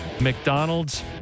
McDonald's